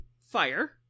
fire